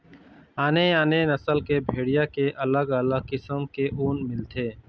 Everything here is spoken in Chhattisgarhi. आने आने नसल के भेड़िया के अलग अलग किसम के ऊन मिलथे